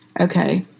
okay